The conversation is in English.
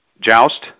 Joust